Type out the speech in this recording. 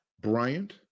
Bryant